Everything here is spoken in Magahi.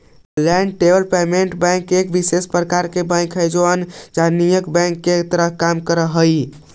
लैंड डेवलपमेंट बैंक एक विशेष प्रकार के बैंक हइ जे अवाणिज्यिक बैंक के तरह काम करऽ हइ